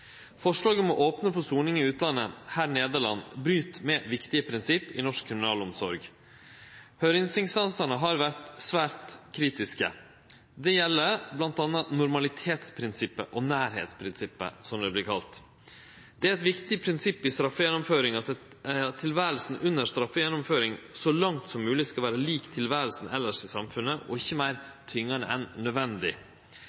Forslaget om å opne for soning i utlandet – her: Nederland – bryt med viktige prinsipp i norsk kriminalomsorg. Høyringsinstansane har vore svært kritiske. Det gjeld bl.a. normalitetsprinsippet og nærleiksprinsippet, som det vert kalla. Det er eit viktig prinsipp at tilveret under straffegjennomføringa så langt som mogleg skal vere likt tilveret elles i samfunnet og ikkje